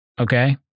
okay